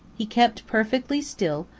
he kept perfectly still,